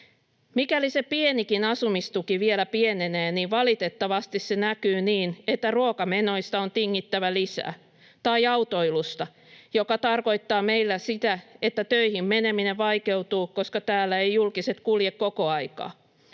"Mikäli se pienikin asumistuki vielä pienenee, niin valitettavasti se näkyy niin, että ruokamenoista on tingittävä lisää. Tai autoilusta, mikä tarkoittaa meillä sitä, että töihin meneminen vaikeutuu, koska täällä ei julkiset kulje koko aikaa.